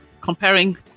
comparing